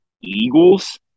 Eagles